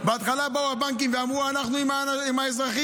בהתחלה באו הבנקים ואמרו: אנחנו עם האזרחים.